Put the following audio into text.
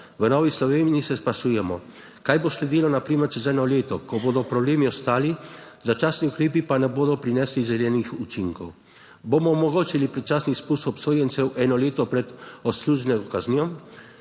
V Novi Sloveniji se sprašujemo kaj bo sledilo na primer čez eno leto, ko bodo problemi ostali, začasni ukrepi pa ne bodo prinesli želenih učinkov. Bomo omogočili predčasen izpust obsojencev eno leto pred odsluženo kaznijo,